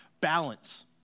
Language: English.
balance